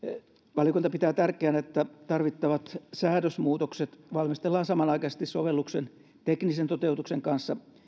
valiokunta pitää tärkeänä että tarvittavat säädösmuutokset valmistellaan samanaikaisesti sovelluksen teknisen toteutuksen kanssa